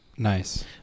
Nice